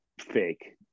fake